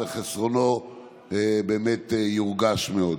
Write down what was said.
וחסרונו באמת יורגש מאוד.